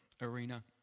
arena